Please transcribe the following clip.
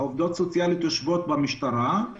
העובדות הסוציאליות יושבות במשטרה,